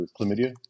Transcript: chlamydia